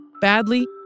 badly